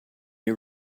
you